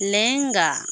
ᱞᱮᱝᱜᱟ